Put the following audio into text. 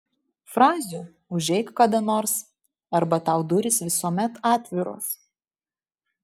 frazių užeik kada nors arba tau durys visuomet atviros